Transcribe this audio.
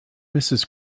mrs